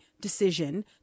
decision